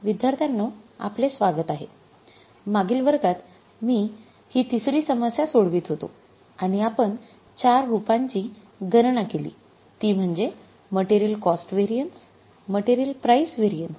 विद्यार्थ्यांनो आपले स्वागत आहे मागील वर्गात मी ही तिसरी समस्या सोडावीत होतो आणि आपण चार रूपांची गणना केली ती म्हणजे मटेरियल कॉस्ट व्हेरिएन्स